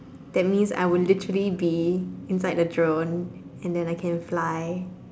that means I would literally be inside the drone and then I can fly